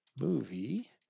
movie